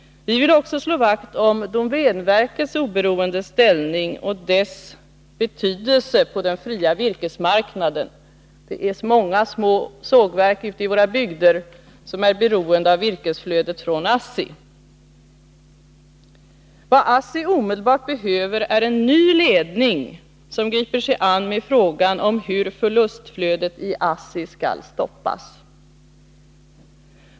Vi moderater vill även slå vakt om domänverkets oberoende ställning och dess betydelse på den fria virkesmarknaden. Det finns många små sågverk ute i bygderna, som är beroende av virkesflödet från ASSI. Vad ASSI omedelbart behöver är en ny ledning, som griper sig an med frågan hur förlustflödet i ASSI skall stoppas.